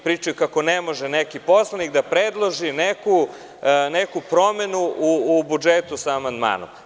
Pričaju kako ne može neki poslanik da predloži neku promenu u budžetu sa amandmanom.